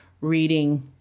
reading